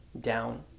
down